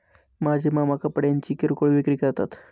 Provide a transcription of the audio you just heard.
माझे मामा कपड्यांची किरकोळ विक्री करतात